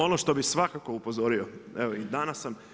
Ono što bih svakako upozorio, evo i danas sam